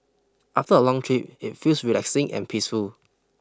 after a long trip it feels relaxing and peaceful